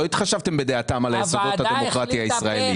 לא התחשבתם בדעתם על --- הדמוקרטיה הישראלית.